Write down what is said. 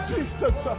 Jesus